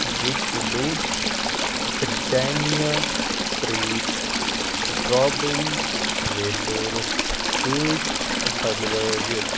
زٕ kilo Britannia treat strawberry wafers سۭتۍ بدلٲیِتھ